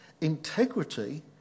Integrity